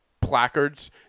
placards